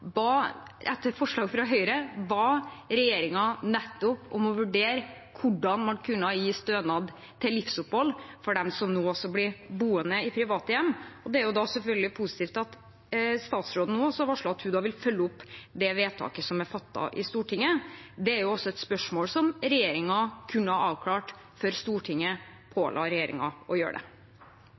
Høyre, ba regjeringen nettopp om å vurdere hvordan man kan gi stønad til livsopphold for dem som nå blir boende i private hjem. Det er selvfølgelig positivt at statsråden nå varsler at hun vil følge opp det vedtaket som er fattet i Stortinget, men det er også et spørsmål som regjeringen kunne ha avklart før Stortinget påla regjeringen å gjøre det.